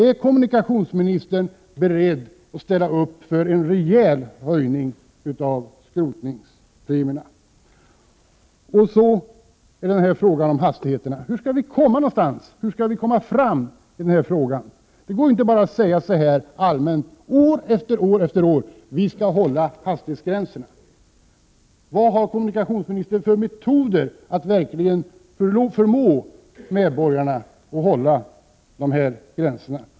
Är kommunikationsministern beredd att ställa sig bakom en rejäl höjning av skrotningspremierna? Så till frågan om hastigheterna. Hur skall vi kunna komma någon vart i denna fråga? Det går ju inte att år efter år bara allmänt säga: Vi skall hålla hastighetsgränserna. Jag frågar därför: Vilka metoder föreslår kommunikationsministern när det gäller att verkligen förmå medborgarna att hålla hastighetsgränserna?